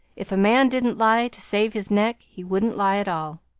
if a man didn't lie to save his neck, he wouldn't lie at all.